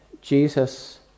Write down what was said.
Jesus